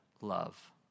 love